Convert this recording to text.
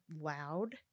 loud